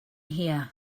here